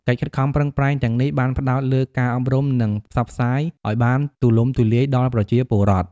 កិច្ចខិតខំប្រឹងប្រែងទាំងនេះបានផ្តោតលើការអប់រំ និងផ្សព្វផ្សាយឲ្យបានទូលំទូលាយដល់ប្រជាពលរដ្ឋ។